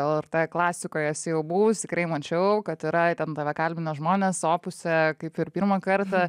lrt klasikoj esi jau buvus tikrai mačiau kad yra ten tave kalbina žmones opuse kaip ir pirmą kartą